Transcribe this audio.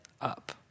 up